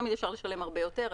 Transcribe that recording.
תמיד אפשר לשלם הרבה יותר.